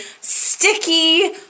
sticky